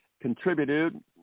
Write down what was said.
contributed